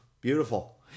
beautiful